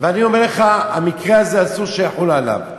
ואני אומר לך, המקרה הזה, אסור שיחול עליו.